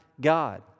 God